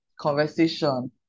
conversation